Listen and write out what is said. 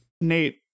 Nate